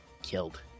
killed